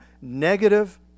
negative